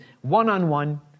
one-on-one